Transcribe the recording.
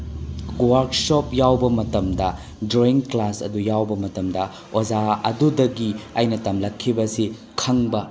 workshop ꯌꯥꯎꯕ ꯃꯇꯝꯗ drawing class ꯑꯗꯨ ꯌꯥꯎꯕ ꯃꯇꯝꯗ ꯑꯣꯖꯥ ꯑꯗꯨꯗꯒꯤ ꯑꯩꯅ ꯇꯝꯂꯛꯈꯤꯕꯁꯤ ꯈꯪꯕ